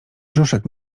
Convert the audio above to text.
brzuszek